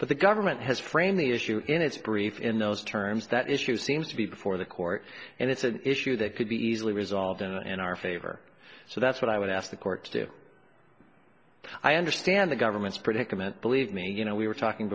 but the government has framed the issue in its brief in those terms that issue seems to be before the court and it's an issue that could be easily resolved in our favor so that's what i would ask the court to do i understand the government's predicament believe me you know we were talking